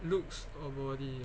looks or body